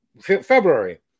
February